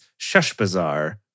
Sheshbazar